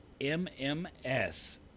MMS